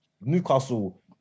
Newcastle